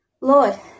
Lord